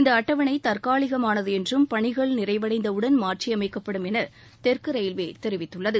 இந்த அட்டவணை தற்காலிகமானது என்றும் பணிகள் நிறைவடைந்தவுடன் மாற்றியமைக்கப்படும் என தெற்கு ரயில்வே தெரிவித்துள்ளது